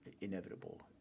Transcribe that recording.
inevitable